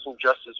justice